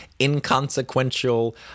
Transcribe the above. inconsequential